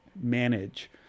manage